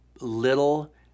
little